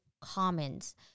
comments